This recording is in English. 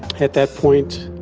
at that point,